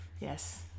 Yes